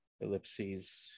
ellipses